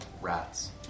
rats